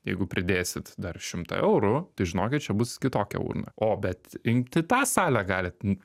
jeigu pridėsit dar šimtą eurų tai žinokit čia bus kitokia urna o bet imti tą salę galit